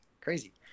crazy